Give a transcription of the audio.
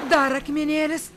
dar akmenėlis